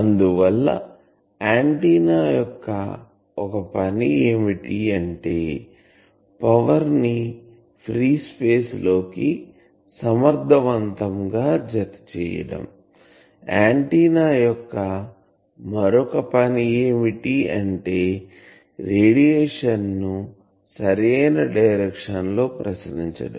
అందువల్ల ఆంటిన్నా యొక్క ఒక పని ఏమిటంటే పవర్ ని ఫ్రీ స్పేస్ లోకి సమర్ధవంతంగా జతచేయడం ఆంటిన్నా యొక్క మరొక పని ఏమిటంటే రేడియేషన్ను సరైన డైరెక్షన్ లో ప్రసరించడం